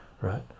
right